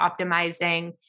optimizing